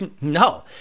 No